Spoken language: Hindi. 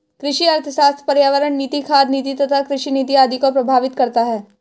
कृषि अर्थशास्त्र पर्यावरण नीति, खाद्य नीति तथा कृषि नीति आदि को प्रभावित करता है